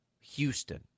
Houston